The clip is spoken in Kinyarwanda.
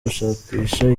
gushakisha